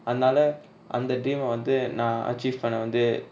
அதுனால அந்த:athunala antha dream ah வந்து நா:vanthu na achieve பன்ன வந்து:panna vanthu